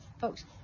folks